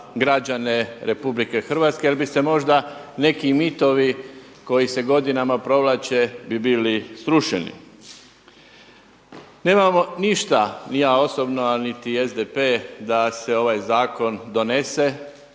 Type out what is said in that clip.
građane Republike Hrvatske jer bi se možda neki mitovi koji se godinama provlače bi bili srušeni. Nemamo ništa, ni ja osobno a niti SDP da se ovaj zakon donese,